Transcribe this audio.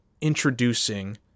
introducing